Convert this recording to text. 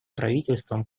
правительством